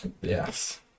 yes